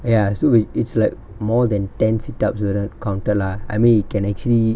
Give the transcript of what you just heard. ya so it~ it's like more than ten sit ups that didn't counted lah I mean you can actually